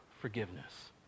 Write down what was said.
forgiveness